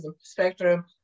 spectrum